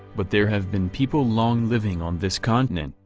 but there have been people long living on this continent,